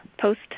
post